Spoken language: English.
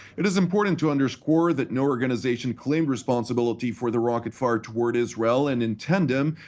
it is important to underscore that no organization claimed responsibility for the rocket-fire toward israel, and in tandem,